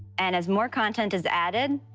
and as more content is added,